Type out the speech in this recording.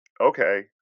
Okay